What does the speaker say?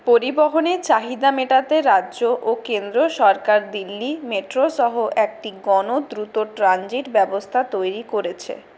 পরিবহণের চাহিদা মেটাতে রাজ্য ও কেন্দ্র সরকার দিল্লি মেট্রো সহ একটি গণ দ্রুত ট্রানজিট ব্যবস্থা তৈরি করেছে